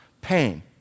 pain